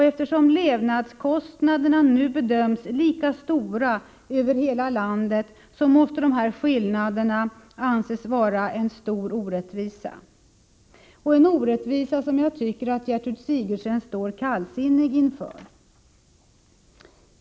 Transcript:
Eftersom levnadskostnaderna nu bedöms lika stora över hela landet måste dessa skillnader anses vara en stor orättvisa, en orättvisa som jag tycker att Gertrud Sigurdsen står kallsinnig inför.